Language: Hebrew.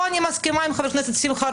פה אני מסכימה עם חבר הכנסת רוטמן.